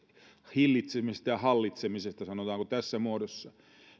hillitsemisestä ja hallitsemisesta sanotaanko tässä muodossa